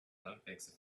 olympics